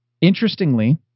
interestingly